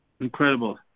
Incredible